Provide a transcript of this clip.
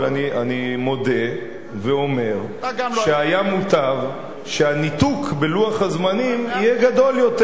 אבל אני מודה ואומר שהיה מוטב שהניתוק בלוח הזמנים יהיה גדול יותר.